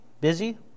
busy